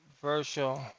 virtual